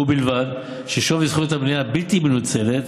ובלבד ששווי זכויות הבנייה הבלתי-מנוצלות,